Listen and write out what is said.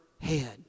head